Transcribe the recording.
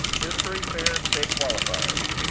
history fair state qualifiers.